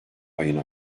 ayına